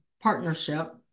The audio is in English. partnership